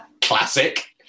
Classic